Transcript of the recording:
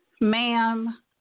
Ma'am